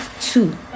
two